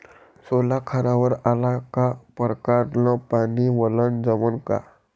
सोला खारावर आला का परकारं न पानी वलनं जमन का?